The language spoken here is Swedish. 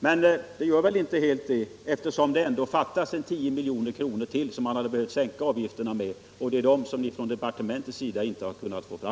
Men den gör väl inte helt detta, eftersom det fattas ca 10 milj.kr. som man hade behövt sänka avgifterna med. Det är dessa miljoner som departementet inte har kunnat få fram.